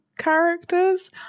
Characters